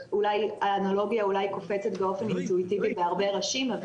האנלוגיה אולי קופצת באופן אינטואיטיבי בהרבה ראשים,